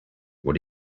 what